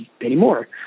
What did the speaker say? anymore